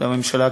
לממשלה הקיימת,